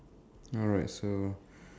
alright so